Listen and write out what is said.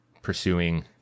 pursuing